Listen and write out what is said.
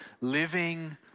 Living